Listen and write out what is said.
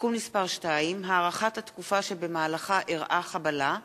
(תיקון מס' 2) (הארכת התקופה שבמהלכה אירעה חבלה),